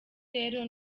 rero